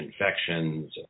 infections